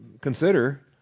consider